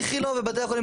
איכילוב ובתי החולים,